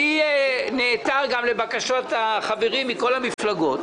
אני נעתר גם לבקשות החברים מכל המפלגות,